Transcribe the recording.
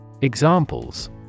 Examples